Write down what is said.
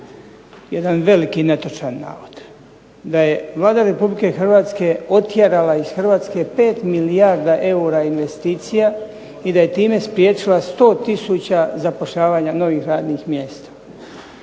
jedan veliki netočan navod, da je Vlada Republike Hrvatske otjerala iz Hrvatske 5 milijarda eura investicija, i da je time spriječila 100 tisuća zapošljavanja novih radnih mjesta.